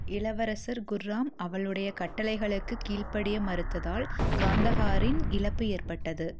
இளவரசர் குர்ராம் அவளுடைய கட்டளைகளுக்கு கீழ்படிய மறுத்ததால் காந்தஹாரின் இழப்பு ஏற்பட்டது